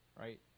Right